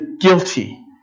guilty